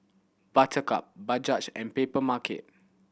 Buttercup Bajaj and Papermarket